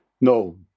No